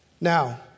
Now